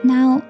Now